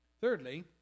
Thirdly